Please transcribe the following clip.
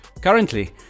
Currently